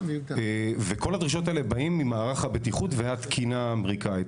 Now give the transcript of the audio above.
כל הדרישות האלה באות ממערך הבטיחות והתקינה האמריקאית,